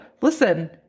listen